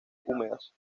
húmedas